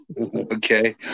Okay